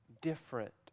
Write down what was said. different